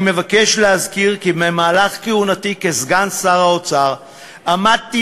אני מבקש להזכיר כי במהלך כהונתי כסגן שר האוצר עמדתי